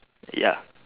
ya